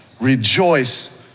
rejoice